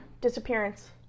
disappearance